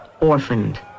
orphaned